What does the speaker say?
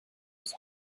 his